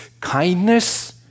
kindness